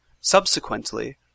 Subsequently